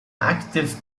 active